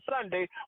Sunday